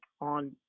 on